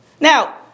Now